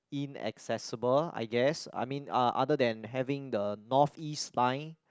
inaccessible I guess I mean uh other than having the North East Line